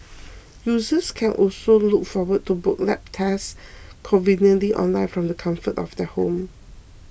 users can also look forward to booking lab tests conveniently online from the comfort of their home